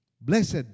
Blessed